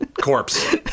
corpse